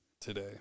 today